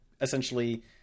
essentially